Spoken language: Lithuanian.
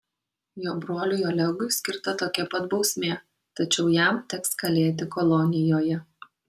jo broliui olegui skirta tokia pat bausmė tačiau jam teks kalėti kolonijoje